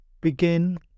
begin